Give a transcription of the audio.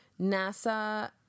NASA